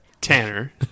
Tanner